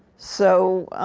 so